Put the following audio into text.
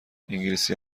انگلیسی